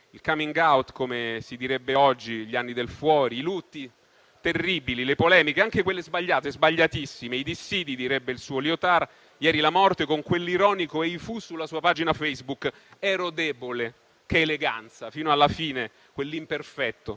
il *coming out* come si direbbe oggi, gli anni del fuori, i lutti terribili; le polemiche, anche quelle sbagliate, sbagliatissime; i dissidi direbbe il suo Lyotard. Ieri la morte con quell'ironico «Ei fu» sulla sua pagina Facebook. «Ero debole», che eleganza fino alla fine, quell'imperfetto.